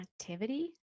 Activity